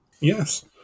Yes